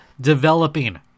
developing